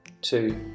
Two